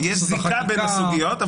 יש זיקה בין הסוגיות,